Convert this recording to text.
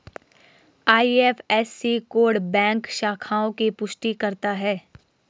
IFSC code bank शाखाओं की पुष्टि करता है